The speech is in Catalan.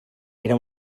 era